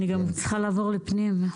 אני צריכה לעבור לוועדת הפנים.